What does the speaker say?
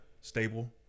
stable